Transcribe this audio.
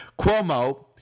Cuomo